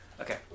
okay